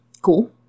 Cool